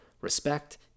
respect